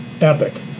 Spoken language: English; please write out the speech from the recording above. epic